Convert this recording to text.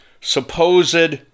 supposed